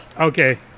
Okay